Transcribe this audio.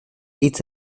hitz